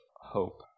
hope